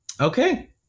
Okay